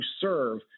serve